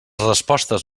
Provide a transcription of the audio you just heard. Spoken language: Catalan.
respostes